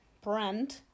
Brand